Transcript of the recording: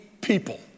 people